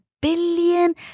billion